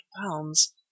pounds